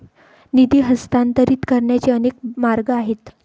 निधी हस्तांतरित करण्याचे अनेक मार्ग आहेत